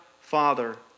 Father